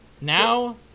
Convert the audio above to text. Now